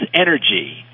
energy